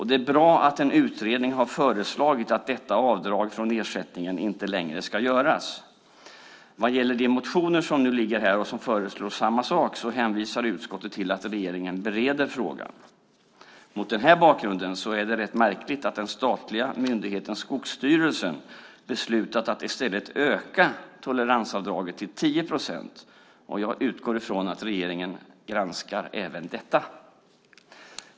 Det är bra att en utredning i sitt förslag sagt att detta avdrag från ersättningen inte längre ska göras. Vad gäller de motioner som föreligger här och där samma sak föreslås hänvisar utskottet till att regeringen bereder frågan. Mot denna bakgrund är det rätt märkligt att den statliga myndigheten Skogsstyrelsen beslutat att i stället öka toleransavdraget till 10 procent. Jag utgår från att regeringen granskar även detta.